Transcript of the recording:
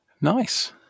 nice